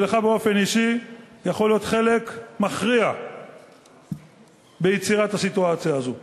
שלך באופן אישי יכול להיות חלק מכריע ביצירת הסיטואציה הזאת.